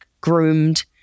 groomed